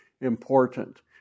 important